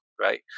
right